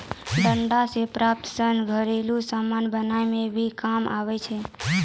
डांट से प्राप्त सन घरेलु समान बनाय मे भी काम आबै छै